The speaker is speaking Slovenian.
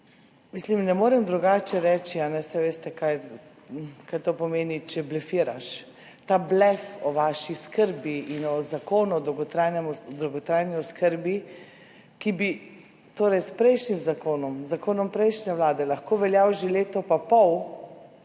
besedami. Ne morem drugače reči, saj veste, kaj to pomeni, če blefiraš. Ta blef o vaši skrbi in o Zakonu o dolgotrajni oskrbi, ki bi torej s prejšnjim zakonom, zakonom prejšnje vlade, lahko veljal že leto in pol